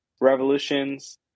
revolutions